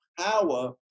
power